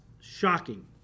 shocking